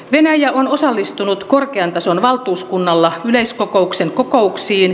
venäjä on osallistunut korkean tason valtuuskunnalla yleiskokouksen kokouksiin